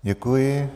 Děkuji.